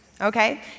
Okay